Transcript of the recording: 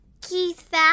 Keith